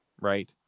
right